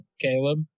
caleb